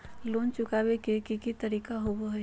Loan चुकाबे के की तरीका होबो हइ?